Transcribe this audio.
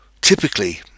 typically